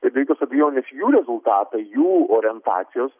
be jokios abejonės jų rezultatai jų orientacijos